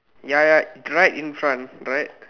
ya ya right in front right